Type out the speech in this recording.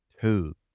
two